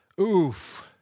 Oof